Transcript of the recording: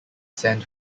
sand